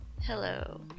hello